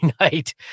night